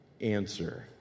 answer